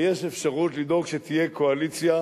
ויש אפשרות לדאוג שתהיה קואליציה